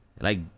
like-